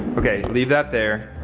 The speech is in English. okay, leave that there.